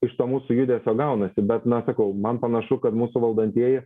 iš to mūsų judesio gaunasi bet na sakau man panašu kad mūsų valdantieji